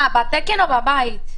מה, בתקן או בבית?